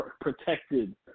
protected